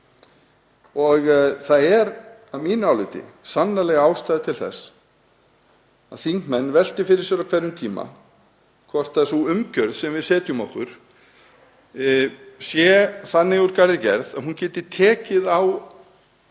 Það er að mínu áliti sannarlega ástæða til þess að þingmenn velti fyrir sér á hverjum tíma hvort sú umgjörð sem við setjum okkur sé þannig úr garði gerð að hún geti tekið á